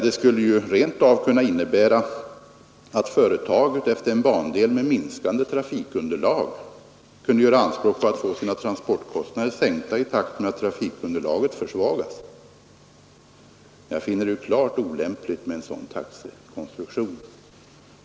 Det skulle rent av kunna innebära att företag utefter en bandel med minskande trafikunderlag kunde göra anspråk på att få sina transportkostnader sänkta i takt med att trafikunderlaget försvagas. Jag finner det klart olämpligt med en sådan taxekonstruktion.